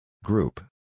Group